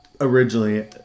originally